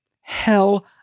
Hell